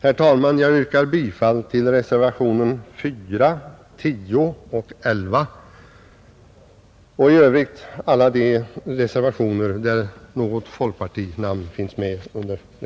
Herr talman! Jag yrkar bifall till reservationerna 4, 10 och 11 och i övrigt till alla reservationer under vilka folkpartinamn finns med.